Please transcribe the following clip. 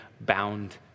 bound